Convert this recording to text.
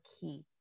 key